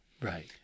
right